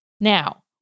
Now